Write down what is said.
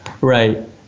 Right